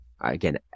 again